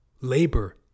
labor